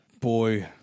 boy